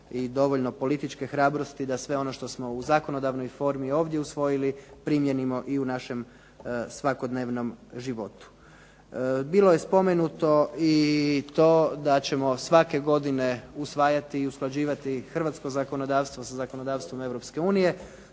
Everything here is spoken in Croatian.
i dovoljno političke hrabrosti da sve ono što smo u zakonodavnoj formi ovdje usvojili primijenimo i u našem svakodnevnom životu. Bilo je i spomenuto i to da ćemo svake godine usvajati i usklađivati hrvatsko zakonodavstvo sa zakonodavstvom Europske unije.